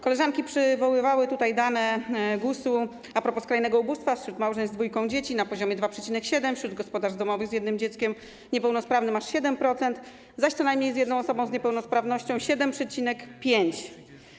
Koleżanki przywoływały tutaj dane GUS-u a propos skrajnego ubóstwa: wśród małżeństw z dwójką dzieci - na poziomie 2,7%, wśród gospodarstw domowych z jednym dzieckiem niepełnosprawnym - aż 7%, zaś co najmniej z jedną osobą z niepełnosprawnością - 7,5%.